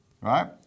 Right